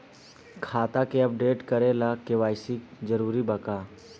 खाता के अपडेट करे ला के.वाइ.सी जरूरी बा का?